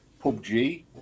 PUBG